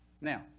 Now